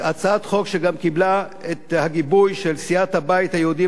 הצעת חוק שגם קיבלה את הגיבוי של סיעת הבית היהודי,